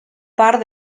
part